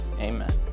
amen